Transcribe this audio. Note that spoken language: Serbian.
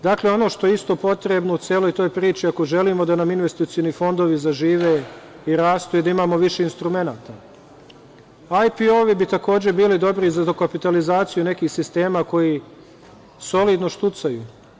Dakle, ono što je isto potrebno, u celoj toj priči, ako želimo da nam investicioni fondovi zažive i rastu i da imamo više instrumenata, IPO-vi bi takođe bili dobri za dokapitalizaciju nekih sistema koji solidno štucaju.